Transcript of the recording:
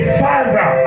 father